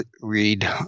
read